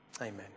amen